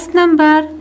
number